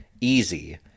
easy